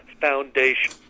foundation